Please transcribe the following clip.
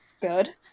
good